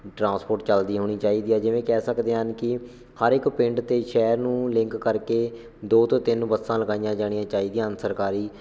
transport ਚੱਲਦੀ ਹੋਣੀ ਚਾਹੀਦੀ ਹੈ ਜਿਵੇਂ ਕਹਿ ਸਕਦੇ ਹਨ ਕਿ ਹਰ ਇੱਕ ਪਿੰਡ ਅਤੇ ਸ਼ਹਿਰ ਨੂੰ ਲਿੰਕ ਕਰਕੇ ਦੋ ਤੋਂ ਤਿੰਨ ਬੱਸਾਂ ਲਗਾਈਆਂ ਜਾਣੀਆਂ ਚਾਹੀਦੀਆਂ ਹਨ ਸਰਕਾਰੀ